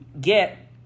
get